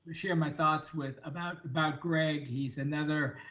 share my thoughts with about about greg. he's another,